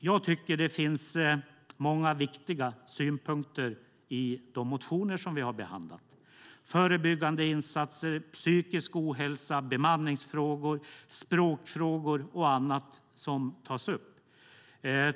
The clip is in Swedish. Jag tycker att det finns många viktiga synpunkter i de motioner som vi har behandlat. Förebyggande insatser, psykisk ohälsa, bemanningsfrågor, språkfrågor och annat tas upp.